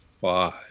Five